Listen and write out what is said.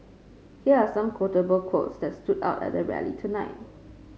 here are some quotable quotes that stood out at the rally tonight